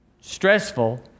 stressful